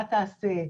מה תעשה,